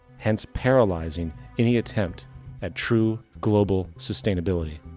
hence paralyzing any attempt at true global sustainability.